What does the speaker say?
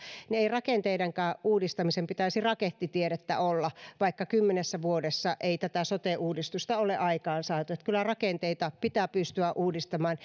ei rakenteidenkaan uudistamisen pitäisi rakettitiedettä olla vaikka kymmenessä vuodessa ei tätä sote uudistusta ole aikaansaatu kyllä rakenteita pitää pystyä uudistamaan